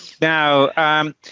Now